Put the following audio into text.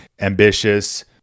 ambitious